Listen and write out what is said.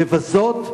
לבזות,